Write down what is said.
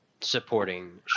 supporting